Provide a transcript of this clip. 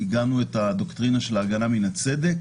עיגנו את הדוקטרינה של ההגנה מן הצדק